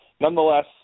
nonetheless